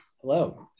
Hello